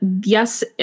yes